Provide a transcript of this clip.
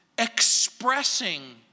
expressing